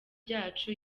ryacu